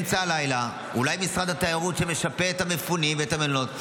אולי משרד התיירות שמשפה את המפונים ואת המלונות,